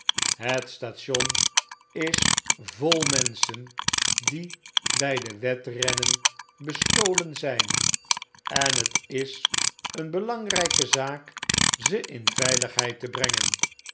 het station is vol menschen die by de wedrennen bestolen zyn en het is een belangrrjke zaak ze in veiligheid te brengen